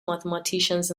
mathematicians